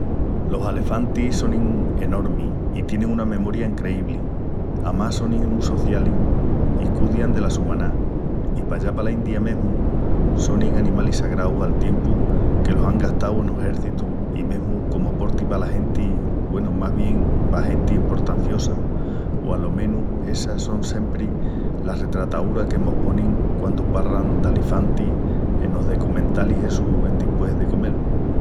Los alifantis sonin enormis i tienin una memoria encreíbli. Amás, sonin mu socialis i cudian dela su maná. I pallá pala India mesmu sonin animalis sagraus al tiempu que los án gastau enos exércitus i mesmu comu porti pala genti, güenu, más bien pa genti emportanciosa, o alo menus essas son siempri las retrataúras que mos ponin quandu palran d'alifantis enos decumentalis essus d'endispués de comel.